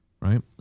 Right